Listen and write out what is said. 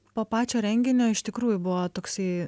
po pačio renginio iš tikrųjų buvo toksai